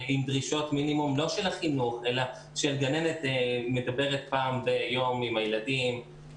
עם דרישות מינימום לא של החינוך אלא של גננת מדברת פעם ביום עם הילדים,